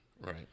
Right